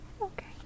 Okay